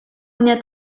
mnie